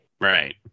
Right